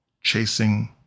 Chasing